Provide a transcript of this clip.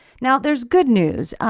now there's good news.